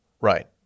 Right